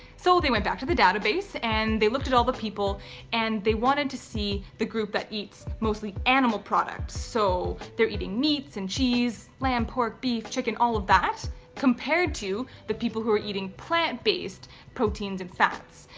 so they went back to the database and they looked at all the people and they wanted to see the group that eats mostly animal products. so they're eating meats and cheese, lamb pork, beef, chicken all of that compared to the people who are eating plant-based proteins and fats.